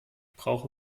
brauche